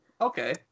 Okay